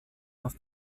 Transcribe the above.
aus